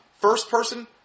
first-person